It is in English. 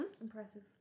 Impressive